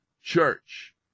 church